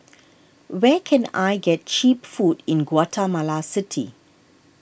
where can I get Cheap Food in Guatemala City